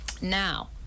Now